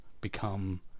become